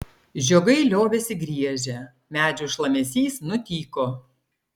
žiogai liovėsi griežę medžių šlamesys nutyko